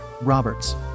Roberts